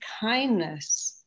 kindness